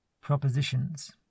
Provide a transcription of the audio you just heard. propositions